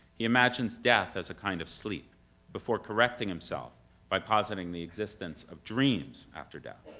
he imagines death as a kind of sleep before correcting himself by positing the existence of dreams after death.